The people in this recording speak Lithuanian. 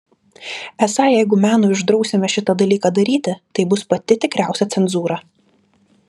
esą jeigu menui uždrausime šitą dalyką daryti tai bus pati tikriausia cenzūra